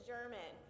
German